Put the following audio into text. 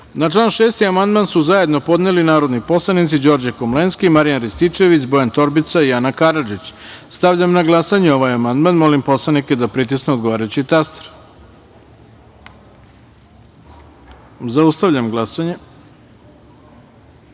član 7. amandman su zajedno podneli narodni poslanici Đorđe Komlenski, Marijan Rističević, Bojan Torbica i Ana Karadžić. Stavljam na glasanje ovaj amandman. Molim narodne poslanike da pritisnu odgovarajući taster. Zaustavljam glasanje: